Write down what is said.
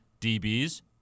DBs